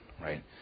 right